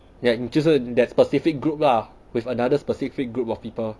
ya then 就是 that specific group lah with another specific group of people